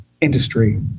industry